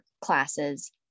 classes